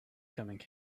coming